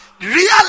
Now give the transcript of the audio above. Real